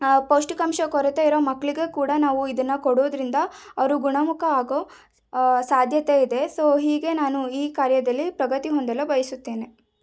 ಪೌಷ್ಟಿಕಾಂಶ ಕೊರತೆ ಇರೋ ಮಕ್ಕಳಿಗೆ ಕೂಡ ನಾವು ಇದನ್ನು ಕೊಡೋದ್ರಿಂದ ಅವರು ಗುಣಮುಖ ಆಗೋ ಸಾಧ್ಯತೆ ಇದೆ ಸೊ ಹೀಗೆ ನಾನು ಈ ಕಾರ್ಯದಲ್ಲಿ ಪ್ರಗತಿ ಹೊಂದಲು ಬಯಸುತ್ತೇನೆ